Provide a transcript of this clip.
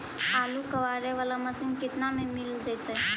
आलू कबाड़े बाला मशीन केतना में मिल जइतै?